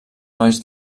nois